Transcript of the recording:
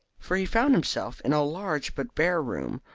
for he found himself in a large but bare room,